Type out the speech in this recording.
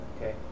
Okay